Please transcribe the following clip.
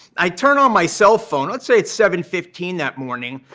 i turn on my cell phone. let's say it's seven fifteen that morning.